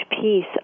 piece